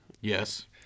Yes